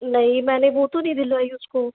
नहीं मैंने वो तो नहीं दिलवाई उसको